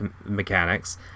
mechanics